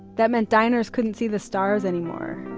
that meant diners couldn't see the stars anymore.